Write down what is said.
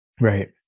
Right